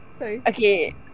Okay